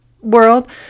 world